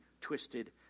twisted